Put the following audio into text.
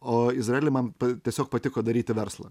o izraely man tiesiog patiko daryti verslą